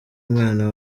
umwana